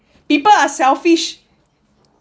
people are selfish